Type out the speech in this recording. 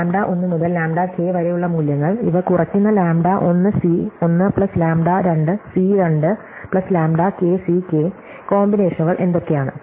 lambda 1 മുതൽ lambda K വരെ ഉള്ള മൂല്യങ്ങൾ ഇവ കുറക്കുന്ന lambda 1 C 1 plus lambda 2 C 2 plus lambda K C K കോമ്പിനേഷനുകൾ എന്തൊക്കെയാണ്